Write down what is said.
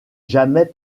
jamais